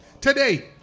Today